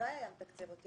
הלוואי היה מתקצב אותי.